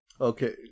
Okay